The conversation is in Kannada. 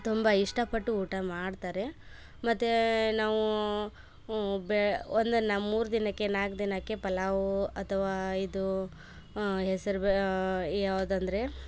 ತುಂಬ ಇಷ್ಟಪಟ್ಟು ಊಟ ಮಾಡ್ತಾರೆ ಮತ್ತು ನಾವು ಬೆ ಒಂದನ್ನ ಮೂರು ದಿನಕ್ಕೆ ನಾಲ್ಕು ದಿನಕ್ಕೆ ಪಲಾವು ಅಥವಾ ಇದು ಹೆಸರು ಬೇ ಯಾವುದಂದರೆ